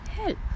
help